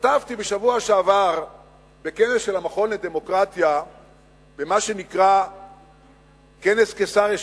השתתפתי בשבוע שעבר בכנס של המכון לדמוקרטיה במה שנקרא כנס קיסריה,